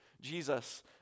Jesus